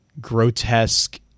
grotesque